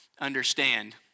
understand